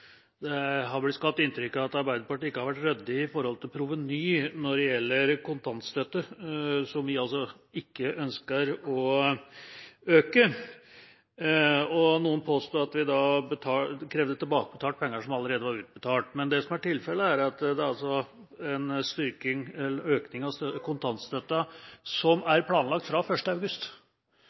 Det har blitt skapt inntrykk av at Arbeiderpartiet ikke har vært ryddig når det gjelder proveny i sammenheng med kontantstøtten, som vi altså ikke ønsker å øke. Noen påstår at vi krever tilbakebetalt penger som allerede er utbetalt. Det som er tilfellet, er at det gjelder en økning av kontantstøtten som er planlagt fra 1. august.